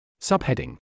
Subheading